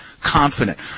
confident